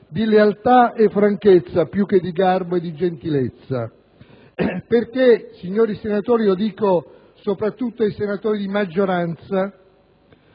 di lealtà e franchezza più che di garbo e gentilezza, perché, signori senatori - e mi rivolgo soprattutto ai senatori della maggioranza